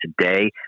today